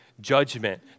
judgment